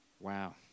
Wow